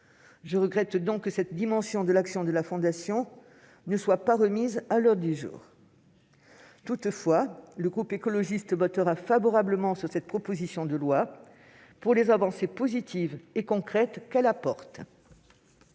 Je regrette donc que cette dimension de son action ne soit pas remise à l'ordre du jour. Toutefois, le groupe écologiste votera cette proposition de loi en raison des avancées positives et concrètes qu'elle apporte.